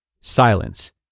Silence